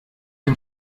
dem